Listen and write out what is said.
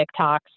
TikToks